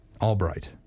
Albright